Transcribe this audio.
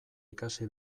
ikasi